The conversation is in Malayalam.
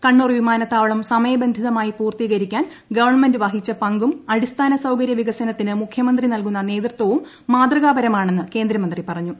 കണ്ണൂർ വിമാനത്താവളം സ്മയ്ബന്ധിതമായി പൂർത്തീകരിക്കാൻ ഗവൺമെന്റ് വഹിച്ച പങ്കും അടിസ്ഥാന സൌകര്യ വികസനത്തിന് മുഖ്യമന്ത്രി നൽകുന്ന് നേതൃത്വവും മാതൃകാപരമാണെന്ന് കേന്ദ്രമന്ത്രി പറഞ്ഞു